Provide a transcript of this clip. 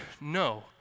No